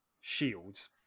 shields